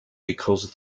because